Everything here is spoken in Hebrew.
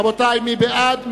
רבותי, מי בעד?